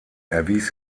erwies